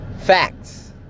facts